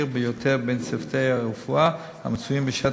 ביותר בין צוותי הרפואה המצויים בשטח,